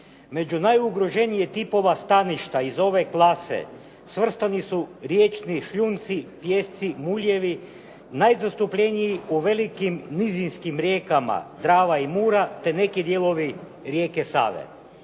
«Među najugroženije tipova staništa iz ove klase svrstani su: riječni šljunci, pijesci, muljevi najzastupljeniji u velikim nizinskim rijekama Drava i Mura te neki dijelovi rijeke Save.»